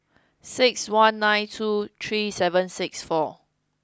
six one nine two three seven six four